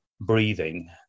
breathing